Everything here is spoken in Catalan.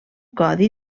codi